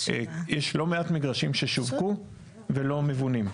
יש לא מעט מגרשים ששווקו ולא מבונים.